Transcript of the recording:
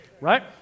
Right